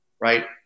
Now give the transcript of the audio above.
right